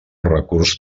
recurs